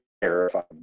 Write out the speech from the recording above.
terrified